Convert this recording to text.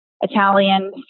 Italian